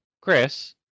Chris